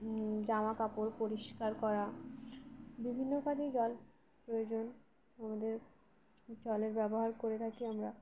জামা কাপড় পরিষ্কার করা বিভিন্ন কাজেই জল প্রয়োজন আমাদের জলের ব্যবহার করে থাকি আমরা